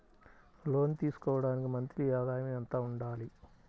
లోను తీసుకోవడానికి మంత్లీ ఆదాయము ఎంత ఉండాలి?